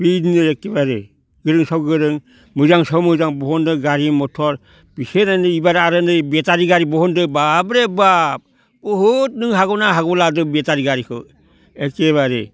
बिदिनो इखेबारे गोरोंनि सायाव गोरों मोजांनि सायाव मोजां बहनदों गारि मथर बेसे नायनो ओइबार आरो नै बेटारि गारि बहनदों बाबरे बाब बहुद नों हागौ ना आं हादों लादों बेटारि गारिखौ एखेबारे